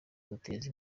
duteza